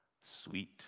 sweet